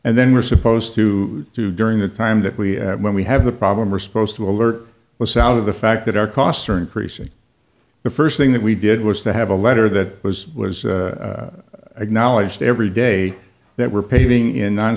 then we're supposed to do during the time that we when we have the problem are supposed to alert was out of the fact that our costs are increasing the first thing that we did was to have a letter that was was acknowledged every day that were paving in